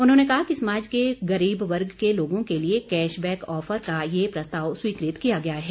उन्होंने कहा कि समाज के गरीब वर्ग के लोगों के लिए कैश बैक ऑफर का यह प्रस्ताव स्वीकृत किया गया है